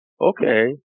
okay